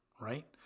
right